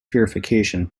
purification